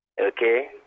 Okay